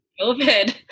COVID